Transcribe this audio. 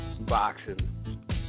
Boxing